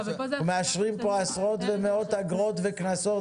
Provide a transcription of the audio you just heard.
אנחנו מאשרות פה עשרות ומאות אגרות וקנסות